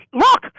look